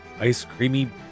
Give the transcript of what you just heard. ice-creamy